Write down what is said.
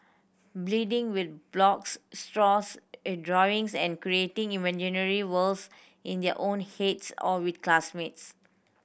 bleeding with blocks straws drawings and creating imaginary worlds in their own heads or with classmates